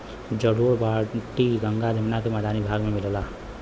जलोढ़ मट्टी गंगा जमुना के मैदानी भाग में मिलला